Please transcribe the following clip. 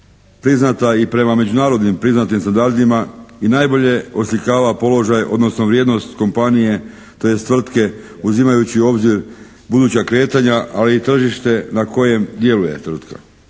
priznata i prema međunarodnim priznatim standardima i najbolje oslikava položaj, odnosno vrijednost kompanije, tj. tvrtke uzimajući u obzir buduća kretanja, ali i tržište na kojem djeluje tvrtka.